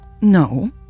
No